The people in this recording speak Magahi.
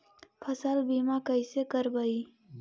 फसल बीमा कैसे करबइ?